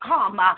Come